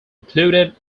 included